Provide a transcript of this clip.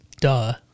Duh